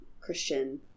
Christian